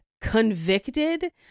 convicted